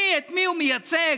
את מי הוא מייצג?